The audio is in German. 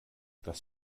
das